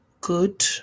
good